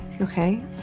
okay